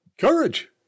Courage